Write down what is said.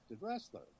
wrestler